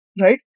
right